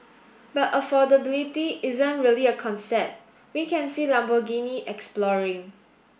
but affordability isn't really a concept we can see Lamborghini exploring